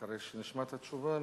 אחרי שנשמע את התשובה,